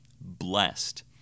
blessed